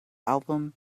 album